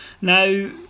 Now